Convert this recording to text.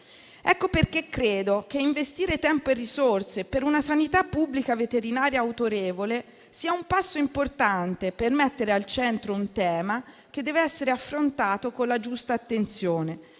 Per questo credo che investire tempo e risorse per una sanità pubblica veterinaria autorevole sia un passo importante per mettere al centro un tema che deve essere affrontato con la giusta attenzione